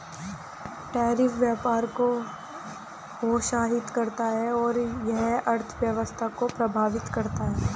tariff व्यापार को हतोत्साहित करता है और यह अर्थव्यवस्था को प्रभावित करता है